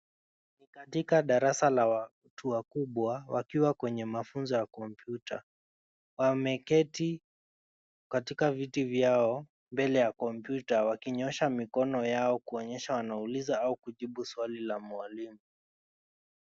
Ni katika darasa la watu wakubwa wakiwa kwenye mafunzo ya kompyuta, wameketi katika viti vyao mbele ya kompyuta wakinyoosha mikono yao kuonyesha wanauliza au kujibu swali la mwalimu.